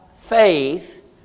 faith